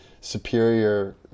superior